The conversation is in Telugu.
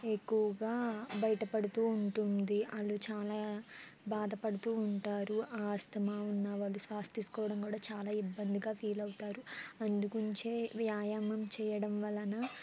ఎక్కువగా బయట పడుతూ ఉంటుంది వాళ్ళు చాలా బాధపడుతూ ఉంటారు ఆస్తమా ఉన్న వాళ్ళు శ్వాస తీసుకోవడం కూడా చాలా ఇబ్బందిగా ఫీల్ అవుతారు అందుగుంచే వ్యాయామం చేయడం వలన